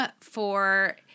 for-